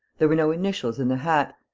there were no initials in the hat.